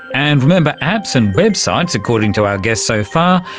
and remember, apps and websites, according to our guests so far,